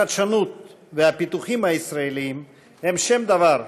החדשנות והפיתוחים הישראליים הם שם דבר,